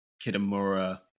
Kitamura